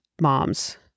moms